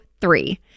three